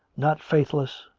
not faithless,